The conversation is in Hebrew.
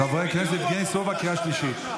חבר הכנסת יבגני סובה, קריאה שלישית.